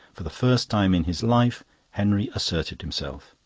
for the first time in his life henry asserted himself,